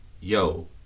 yo